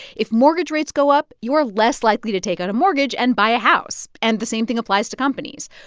if mortgage rates go up, you are less likely to take on a mortgage and buy a house. and the same thing applies to companies.